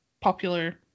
popular